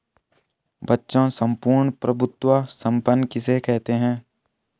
बच्चों सम्पूर्ण प्रभुत्व संपन्न किसे कहते हैं?